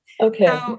Okay